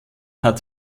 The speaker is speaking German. hat